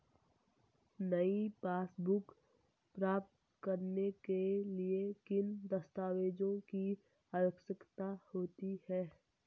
नई पासबुक प्राप्त करने के लिए किन दस्तावेज़ों की आवश्यकता होती है?